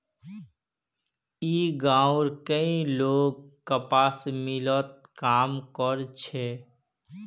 ई गांवउर कई लोग कपास मिलत काम कर छे